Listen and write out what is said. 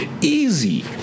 Easy